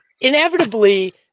inevitably